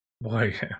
boy